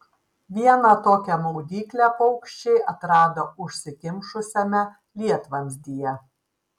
vieną tokią maudyklę paukščiai atrado užsikimšusiame lietvamzdyje